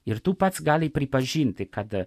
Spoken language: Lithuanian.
ir tu pats gali pripažinti kad